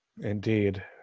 indeed